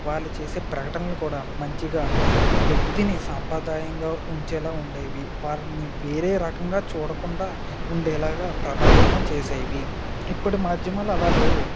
వాళ్ళు చేసే ప్రకటనలు కూడా మంచిగా వ్యక్తిని సాంప్రదాయంగా ఉంచేలాగా ఉండేవి వారిని వేరే రకంగా చూడకుండా ఉండేలాగా ప్రభావితం చేసేవి ఇప్పటి మాధ్యమాలు అలా లేవు